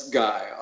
guy